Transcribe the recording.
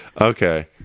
Okay